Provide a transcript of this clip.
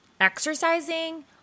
exercising